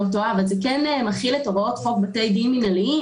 זה כן מכיל את הוראות חוק בתי דין מינהליים.